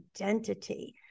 identity